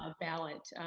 ah ballot.